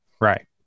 Right